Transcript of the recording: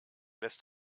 lässt